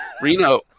Reno